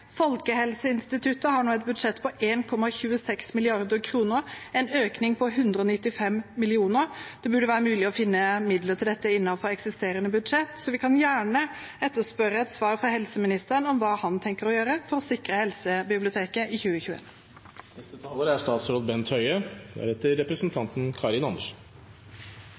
Folkehelseinstituttet har nå et budsjett på 1,26 mrd. kr – en økning på 195 mill. kr. Det burde være mulig å finne midler til dette innenfor eksisterende budsjett. Så vi kan gjerne etterspørre et svar fra helseministeren om hva han tenker å gjøre for å sikre Helsebiblioteket i 2021. Jeg vil også takke for en god debatt. Det er